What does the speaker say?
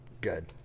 good